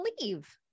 leave